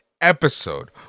episode